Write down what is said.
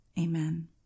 Amen